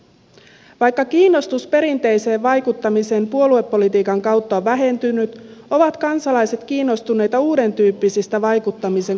vaikka kiinnostus perinteiseen vaikuttamiseen puoluepolitiikan kautta on vähentynyt ovat kansalaiset kiinnostuneita uudentyyppisistä vaikuttamisen kanavista